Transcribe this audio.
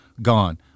Gone